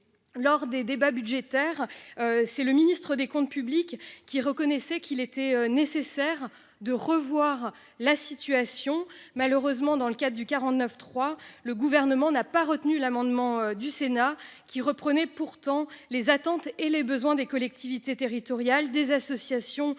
lors des débats budgétaires. C'est le ministre des Comptes publics qui reconnaissaient qu'il était nécessaire de revoir la situation malheureusement dans le cas du 49 3, le gouvernement n'a pas retenu l'amendement du Sénat qui reprenait pourtant les attentes et les besoins des collectivités territoriales, des associations d'élus